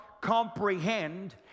comprehend